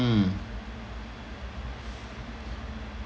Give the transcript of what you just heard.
hmm